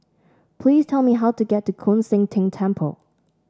please tell me how to get to Koon Seng Ting Temple